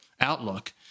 outlook